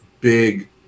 big